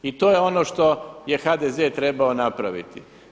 I to je ono što je HDZ-e treba napraviti.